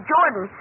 Jordan